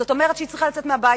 זאת אומרת שהיא צריכה לצאת מהבית,